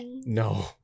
No